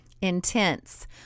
intense